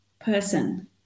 person